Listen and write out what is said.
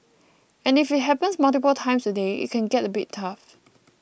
and if it happens multiple times a day it can get a bit tough